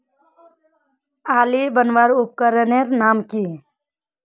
आली बनवार उपकरनेर नाम की?